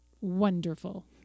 wonderful